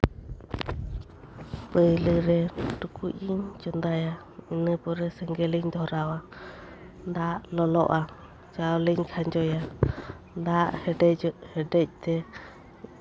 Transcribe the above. ᱯᱟᱹᱭᱞᱟᱹ ᱨᱮ ᱴᱩᱠᱩᱡ ᱤᱧ ᱪᱚᱸᱫᱟᱭᱟ ᱤᱱᱟᱹᱯᱚᱨᱮ ᱥᱮᱸᱜᱮᱞᱤᱧ ᱫᱷᱚᱨᱟᱣᱟ ᱫᱟᱜ ᱞᱚᱞᱚᱜᱼᱟ ᱪᱟᱣᱞᱤᱧ ᱠᱷᱟᱸᱡᱚᱭᱟ ᱫᱟᱜ ᱦᱮᱰᱮᱡᱚᱜ ᱦᱮᱰᱮᱡ ᱛᱮ